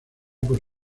por